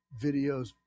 videos